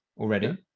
already